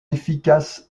efficace